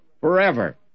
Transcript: forever